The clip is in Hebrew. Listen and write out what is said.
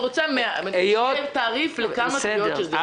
אני רוצה שיינתן תעריף לכל מספר תביעות שיהיו.